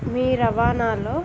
మీ రవాణాలో